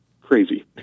crazy